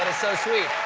ah so sweet.